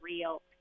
real